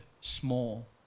small